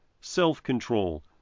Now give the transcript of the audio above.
self-control